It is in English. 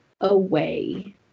away